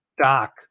Doc